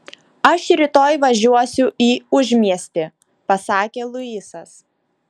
aš rytoj važiuosiu į užmiestį pasakė luisas